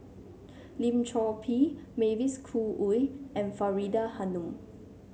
Lim Chor Pee Mavis Khoo Oei and Faridah Hanum